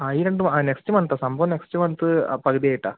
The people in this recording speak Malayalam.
ആ ഈ രണ്ട് മ നെക്സ്റ്റ് മന്താ സംഭവം നെക്സ്റ്റ് മന്ത് പകുതിയായിട്ടാണ്